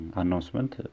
announcement